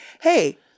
hey